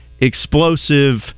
explosive